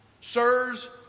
Sirs